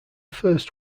first